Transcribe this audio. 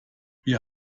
wir